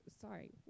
sorry